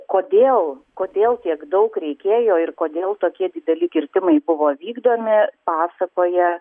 kodėl kodėl tiek daug reikėjo ir kodėl tokie dideli kirtimai buvo vykdomi pasakoja